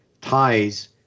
ties